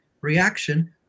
reaction